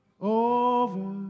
over